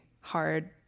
hard